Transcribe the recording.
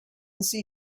see